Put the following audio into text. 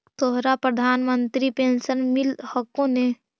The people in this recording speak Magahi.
तोहरा प्रधानमंत्री पेन्शन मिल हको ने?